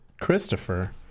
Christopher